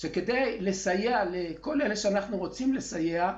שכדי לסייע לכל אלה שאנחנו רוצים לסייע להם,